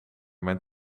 mijn